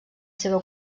seva